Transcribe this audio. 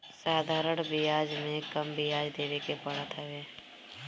साधारण बियाज में कम बियाज देवे के पड़त हवे